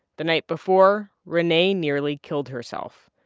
the night before, rene nearly killed herself.